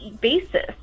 basis